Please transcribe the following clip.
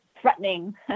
threatening